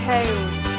Hales